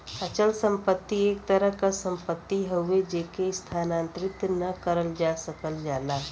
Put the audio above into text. अचल संपत्ति एक तरह क सम्पति हउवे जेके स्थानांतरित न करल जा सकल जाला